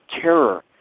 terror